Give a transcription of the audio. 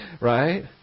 right